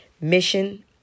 Mission